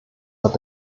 hat